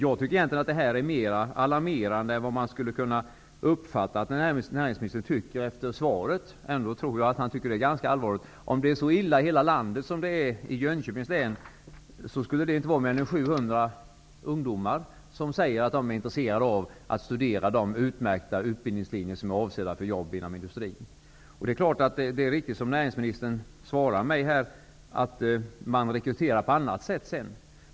Den sak det gäller är egentligen mer alarmerande än man skulle kunna uppfatta av näringsministerns svar. Ändå tror jag att han tycker att det är ganska allvarligt. Om det är så illa i hela landet som det är i Jönköpings län, skulle inte mer än 700 ungdomar vara intresserade av att studera de utmärkta utbildningslinjer som är avsedda för jobb inom industrin. Det är riktigt som näringsministern säger att man även rekryterar på annat sätt.